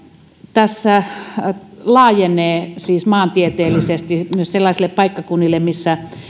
tässä tämä laajenee siis maantieteellisesti myös sellaisille paikkakunnille missä